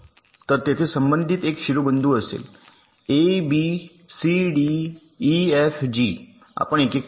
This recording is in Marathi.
तर तेथे संबंधित एक शिरोबिंदू असेल A B C D E F G आपण एकेक पाहू